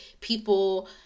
people